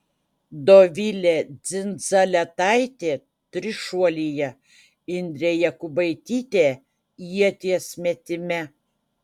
dovilė dzindzaletaitė trišuolyje indrė jakubaitytė ieties metime